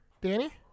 Danny